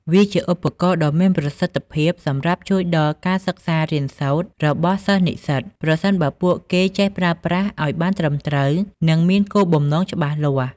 វាជាឧបករណ៍ដ៏មានប្រសិទ្ធភាពសម្រាប់ជួយដល់ការសិក្សារៀនសូត្ររបស់សិស្សនិស្សិត ប្រសិនបើពួកគេចេះប្រើប្រាស់ឲ្យបានត្រឹមត្រូវ និងមានគោលបំណងច្បាស់លាស់។